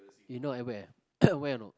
you know at where at where or not